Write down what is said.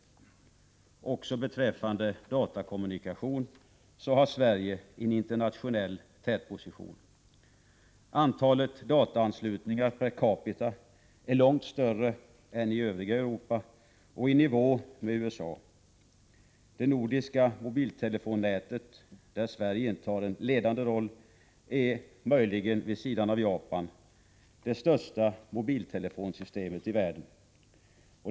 Också beträffande datakommunikation har Sverige en internationell tätposition. Antalet dataanslutningar per capita är långt större än i övriga Europa och är i nivå med USA. Det nordiska mobiltelefonnätet, där Sverige intar en ledande roll, är — möjligen vid sidan av Japan — det största mobiltelefonsystemet i världen.